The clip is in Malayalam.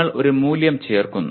നിങ്ങൾ ഒരു മൂല്യം ചേർക്കുന്നു